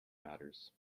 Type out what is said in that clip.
matters